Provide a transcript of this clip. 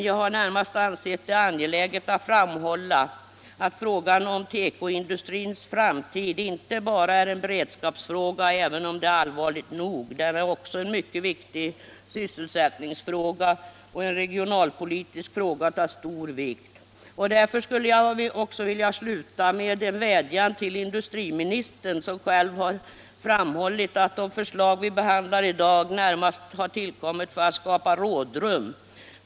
Jag har närmast ansett det angeläget att framhålla att frågan om tekoindustrins framtid inte bara är en beredskapsfråga, även om detta skulle vara allvarligt nog. Den är också en mycket viktig sysselsättningsfråga och en regionalpolitisk fråga av stor vikt. Därför skulle jag vilja rikta en vädjan till industriministern, som själv har framhållit att de förslag vi behandlar i dag närmast har tillkommit för att skapa rådrum.